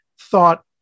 thought